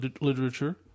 literature